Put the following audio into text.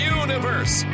universe